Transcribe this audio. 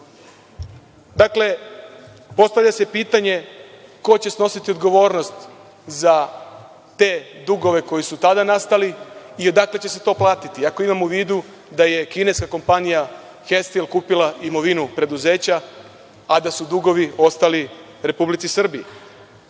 postavlja se pitanje – ko će snositi odgovornost za te dugove koji su tada nastali i odakle će se to platiti i ako imamo u vidu da je kineska kompanija „Hestil“ kupila imovinu preduzeća, a da su dugovi nastali RS?Ukupna